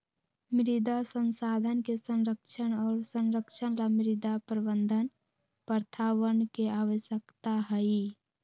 मृदा संसाधन के संरक्षण और संरक्षण ला मृदा प्रबंधन प्रथावन के आवश्यकता हई